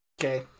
Okay